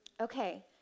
Okay